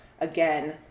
again